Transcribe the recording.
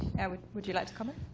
would would you like to comment?